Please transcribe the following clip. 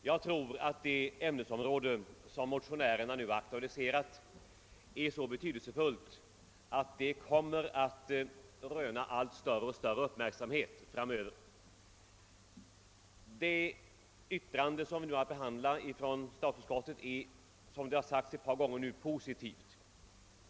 Herr talman! Det ämnesområde som motionärerna nu aktualiserat är så betydelsefullt att det kommer att röna större och större uppmärksamhet framöver. Det utlåtande från statsutskottet som vi nu har att behandla är, som har nämnts ett par gånger tidigare, positivt.